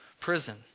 prison